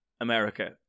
America